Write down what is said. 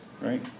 right